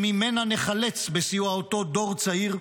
שממנה ניחלץ בסיוע אותו דור צעיר,